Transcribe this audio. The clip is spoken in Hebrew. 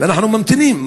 ואנחנו ממתינים,